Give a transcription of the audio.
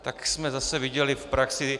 Tak jsme zase viděli v praxi...